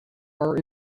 are